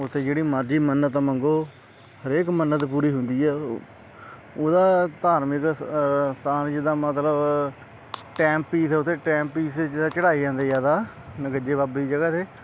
ਉੱਥੇ ਜਿਹੜੀ ਮਰਜ਼ੀ ਮੰਨਤ ਮੰਗੋ ਹਰੇਕ ਮੰਨਤ ਪੂਰੀ ਹੁੰਦੀ ਹੈ ਓ ਉਹਦਾ ਧਾਰਮਿਕ ਸਥਾਨ ਜਿਹੜਾ ਮਤਲਬ ਟਾਈਮ ਪੀਸ ਉੱਥੇ ਟਾਈਮ ਪੀਸ ਜਿੱਦਾਂ ਚੜ੍ਹਾਏ ਜਾਂਦੇ ਜ਼ਿਆਦਾ ਨਗੱਜੇ ਬਾਬੇ ਦੀ ਜਗ੍ਹਾ 'ਤੇ